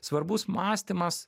svarbus mąstymas